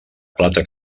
plata